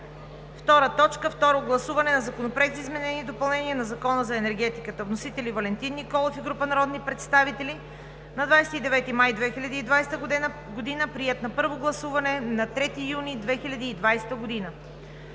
гласуване на Законопроекта за изменение и допълнение на Закона за енергетиката. Вносители – Валентин Николов и група народни представители, 29 май 2020 г. Приет на първо гласуване на 3 юни 2020 г.